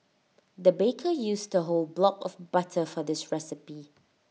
the baker used A whole block of butter for this recipe